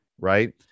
right